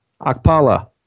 Akpala